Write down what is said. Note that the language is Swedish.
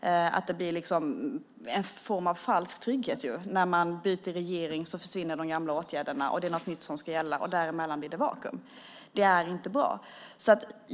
Det blir en form av falsk trygghet. När man byter regering försvinner de gamla åtgärderna och det är något nytt som ska gälla. Däremellan blir det vakuum. Det är inte bra.